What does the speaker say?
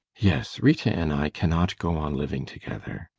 yes. rita and i cannot go on living together.